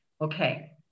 okay